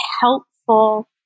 helpful